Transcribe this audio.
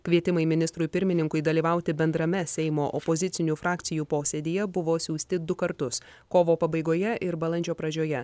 kvietimai ministrui pirmininkui dalyvauti bendrame seimo opozicinių frakcijų posėdyje buvo siųsti du kartus kovo pabaigoje ir balandžio pradžioje